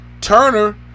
turner